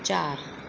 चारि